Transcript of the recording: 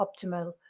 optimal